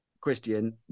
Christian